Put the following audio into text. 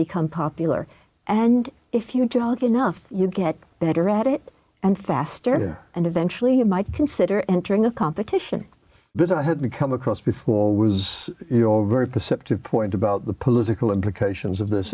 become popular and if you jog enough you'd get better at it and faster and eventually it might consider entering a competition that i had to come across before was you know very perceptive point about the political implications of this